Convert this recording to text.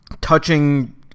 touching